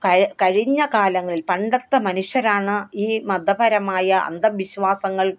കഴിഞ്ഞ കാലങ്ങളില് പണ്ടത്തെ മനുഷ്യരാണ് ഈ മതപരമായ അന്ധവിശ്വാസങ്ങള്